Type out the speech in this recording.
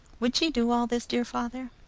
would she do all this, dear father?